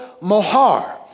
mohar